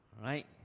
right